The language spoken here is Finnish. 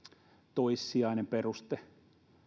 toissijainen peruste